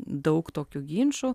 daug tokių ginčų